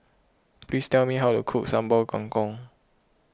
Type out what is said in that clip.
please tell me how to cook Sambal Kangkong